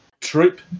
troop